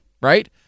right